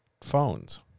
phones